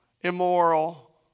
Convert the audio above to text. immoral